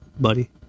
buddy